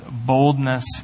boldness